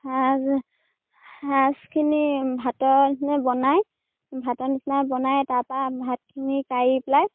সাজ সাজখিনি ভাতৰ নিচিনা বনাই ভাতৰ নিচিনা বনাই তাৰপৰা ভাতখিনি কাঢ়ি পেলাই